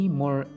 more